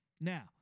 Now